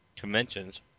conventions